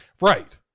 right